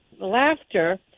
Laughter